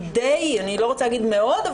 אני לא רוצה להגיד מאוד,